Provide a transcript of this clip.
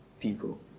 people